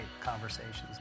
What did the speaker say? conversations